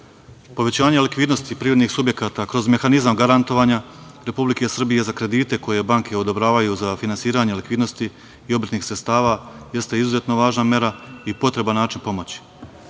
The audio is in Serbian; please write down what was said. radnika. Povećanje likvidnosti privrednih subjekata kroz mehanizam garantovanja Republike Srbije za kredite koje banke odobravaju za finansiranje likvidnosti i obrtnih sredstava jeste izuzetno važna mera i potreban način